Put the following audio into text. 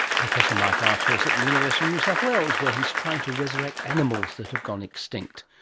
professor mike archer is at the university of new south wales where he's trying to resurrect animals that have gone extinct.